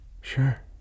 Sure